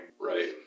Right